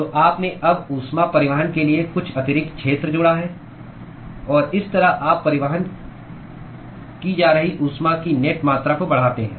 तो आपने अब ऊष्मा परिवहन के लिए कुछ अतिरिक्त क्षेत्र जोड़ा है और इस तरह आप परिवहन की जा रही ऊष्मा की नेट मात्रा को बढ़ाते हैं